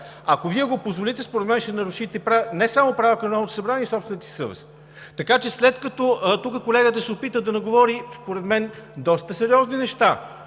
ако Вие го позволите, според мен ще нарушите не само Правилника на Народното събрание, а и собствената си съвест. Така че след като тук колегата се опита да наговори според мен доста сериозни неща,